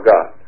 God